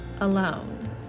alone